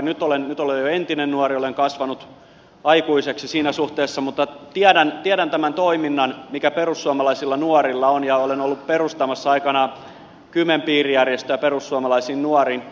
nyt olen jo entinen nuori olen kasvanut aikuiseksi siinä suhteessa mutta tiedän tämän toiminnan mikä perussuomalaisilla nuorilla on ja olen ollut perustamassa aikanaan kymen piirijärjestöä perussuomalaisiin nuoriin